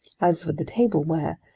as for the tableware,